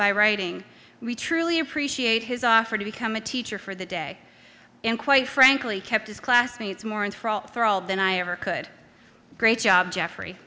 by writing we truly appreciate his offer to become a teacher for the day and quite frankly kept his classmates more and for all than i ever could great job jeff